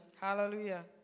Hallelujah